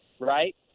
right